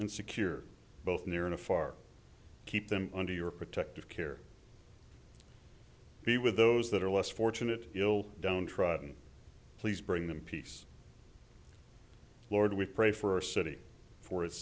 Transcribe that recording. and secure both near and far keep them under your protective care be with those that are less fortunate ill downtrodden please bring them peace lord we pray for our city for its